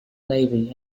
navy